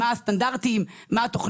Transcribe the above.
יש סדר גודל של 40 אלף איש